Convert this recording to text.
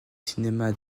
cinémas